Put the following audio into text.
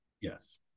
Yes